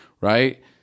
Right